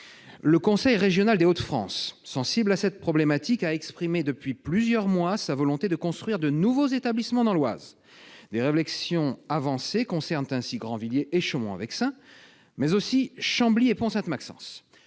Le conseil régional des Hauts-de-France, sensible à cette problématique, a exprimé depuis plusieurs mois sa volonté de construire de nouveaux établissements dans l'Oise. Des réflexions avancées concernent ainsi Grandvilliers et Chaumont-en-Vexin, mais aussi Chambly et Pont-Sainte-Maxence.